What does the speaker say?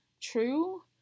true